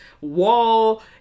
wall